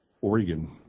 Oregon